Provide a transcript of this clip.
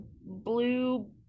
blue